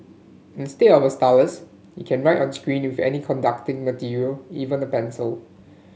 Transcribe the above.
instead of a stylus you can write on screen with any conducting material even a pencil